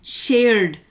shared